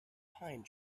pine